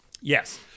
yes